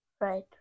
Right